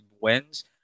wins